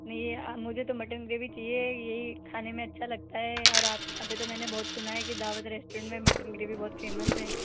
नहीं ये मुझे तो मटन ग्रेवी चाहिए यही खाने में अच्छा लगता है और आपके यहाँ पे तो मेने बहुत सुना है के दावत रेस्टोरेंट में मटन ग्रेवी बहुत फ़ेमस है